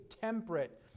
temperate